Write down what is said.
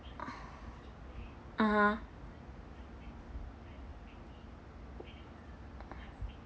(uh huh)